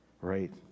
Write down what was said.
right